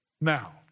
now